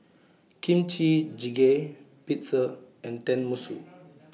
Kimchi Jjigae Pizza and Tenmusu